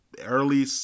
early